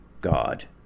God